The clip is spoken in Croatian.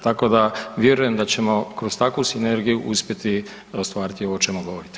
Tako da vjerujem da ćemo kroz takvu sinergiju uspjeti ostvariti ovo o čemu govorite.